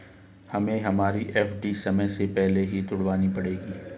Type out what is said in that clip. हमें हमारी एफ.डी समय से पहले ही तुड़वानी पड़ेगी